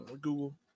Google